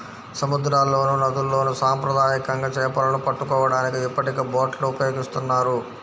సముద్రాల్లోనూ, నదుల్లోను సాంప్రదాయకంగా చేపలను పట్టుకోవడానికి ఇప్పటికే బోట్లను ఉపయోగిస్తున్నారు